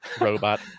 Robot